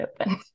open